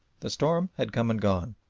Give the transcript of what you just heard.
the storm had come and gone.